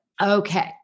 Okay